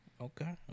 Okay